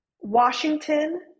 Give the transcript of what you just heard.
Washington